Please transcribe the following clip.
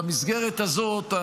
במסגרת הזאת,